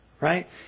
right